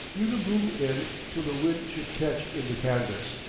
drew the boom in till the wind should catch in the canvas.